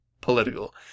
political